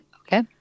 Okay